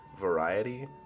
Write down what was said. variety